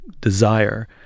desire